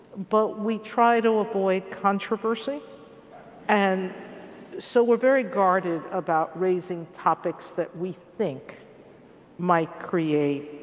but we try to avoid controversy and so we're very guarded about raising topics that we think might create